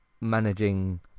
managing